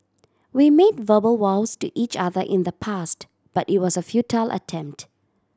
we made verbal vows to each other in the past but it was a futile attempt